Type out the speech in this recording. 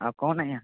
ଆଉ କୁହନ୍ତୁ ଆଜ୍ଞା